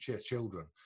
children